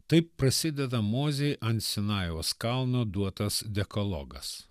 taip prasideda mozei ant sinajaus kalno duotas dekalogas